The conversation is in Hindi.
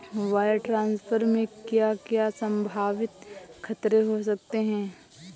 वायर ट्रांसफर में क्या क्या संभावित खतरे हो सकते हैं?